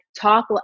talk